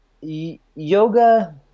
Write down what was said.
Yoga